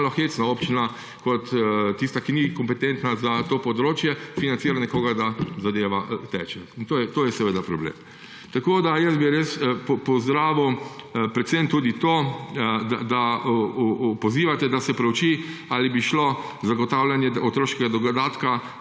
Občina kot tista, ki ni kompetentna za to področje, financira nekoga, da zadeva teče. To je seveda problem. Pozdravil bi tudi to, da pozivate, da se prouči, ali bi šlo zagotavljanje otroškega dodatka